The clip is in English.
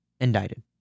indicted